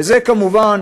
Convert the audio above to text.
זה כמובן